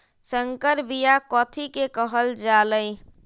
संकर बिया कथि के कहल जा लई?